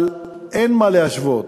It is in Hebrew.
אבל אין מה להשוות,